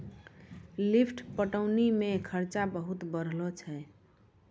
lift पटौनी मे खरचा बहुत बढ़लो रहै छै